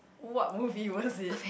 what movie was it